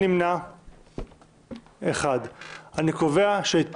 נמנע- 1. אני קובע שההתפלגות אושרה.